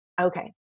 okay